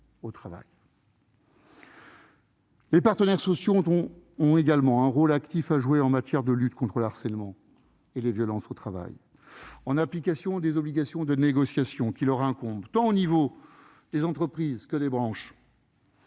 Les partenaires sociaux ont également un rôle actif à jouer en matière de lutte contre le harcèlement et les violences au travail, en application des obligations de négociation qui leur incombent, à l'échelon tant des entreprises que des branches.